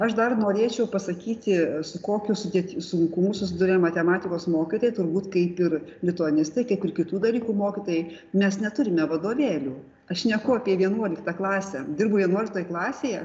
aš dar norėčiau pasakyti su kokiu sudėt sunkumu susiduria matematikos mokytojai turbūt kaip ir lituanistai tie kur kitų dalykų mokytojai mes neturime vagonėlių aš šneku apie vienuoliktą klasę dirbu vienuoliktoj klasėje